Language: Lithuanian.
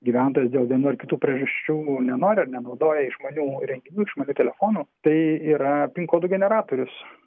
gyventojas dėl vienų ar kitų priežasčių nenori ar nenaudoja išmaniųjų įrenginių išmaniųjų telefonų tai yra pin kodų generatorius